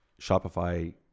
Shopify